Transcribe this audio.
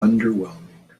underwhelming